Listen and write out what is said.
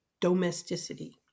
domesticity